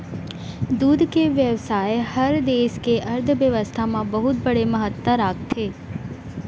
दूद के बेवसाय हर देस के अर्थबेवस्था म बहुत बड़े महत्ता राखथे